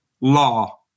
law